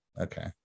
Okay